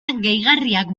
gehigarriak